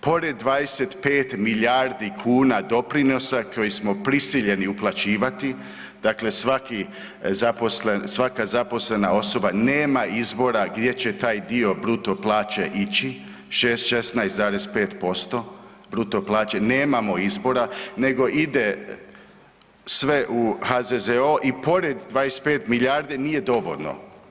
Pored 25 milijardi kuna doprinosa koje smo prisiljeni uplaćivati, dakle svaki zaposlen, svaka zaposlena osoba nema izbora gdje će taj dio bruto plaće ići, 16,5% bruto plaće, nemamo izbora nego ide sve u HZZO i pored 25 milijardi nije dovoljno.